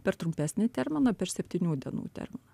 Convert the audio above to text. per trumpesnį terminą per septynių dienų terminą